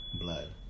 blood